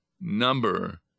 number